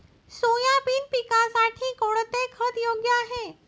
Soybean पिकासाठी कोणते खत योग्य आहे?